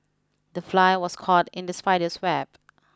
the fly was caught in the spider's web